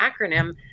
acronym